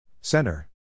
Center